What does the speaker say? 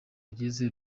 ageze